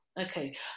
Okay